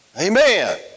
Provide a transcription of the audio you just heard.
Amen